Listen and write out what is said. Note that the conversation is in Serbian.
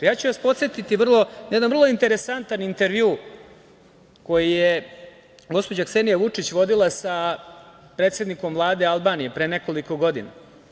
Podsetiću vas na jedan vrlo interesantan intervju koji je gospođa Ksenija Vučić vodila sa predsednikom Vlade Albanije, pre nekoliko godina.